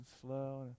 slow